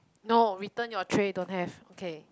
no return your tray don't have okay